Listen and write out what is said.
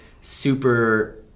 super